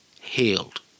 healed